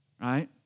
Right